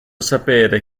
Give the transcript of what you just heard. sapere